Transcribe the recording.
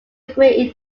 great